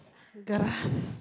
grass